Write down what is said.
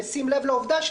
בשים לב לעובדה,